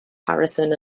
harrison